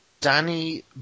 danny